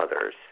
others